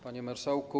Panie Marszałku!